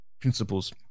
principles